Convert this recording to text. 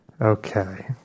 okay